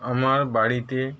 আমার বাড়িতে